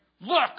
look